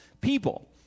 people